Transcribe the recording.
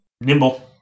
Nimble